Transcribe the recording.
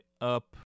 up